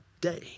day